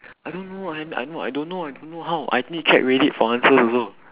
I don't know I kno~ I know I don't know I don't know how I need check reddit for the answers also